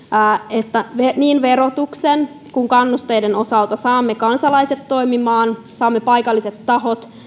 että niin verotuksen kuin kannusteiden osalta saamme kansalaiset toimimaan saamme paikalliset tahot